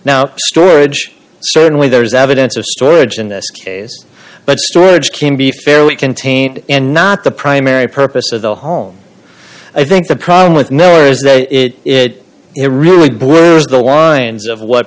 now storage certainly there's evidence of storage in this case but storage can be fairly contained and not the primary purpose of the home i think the problem with no it it really blew the lines of what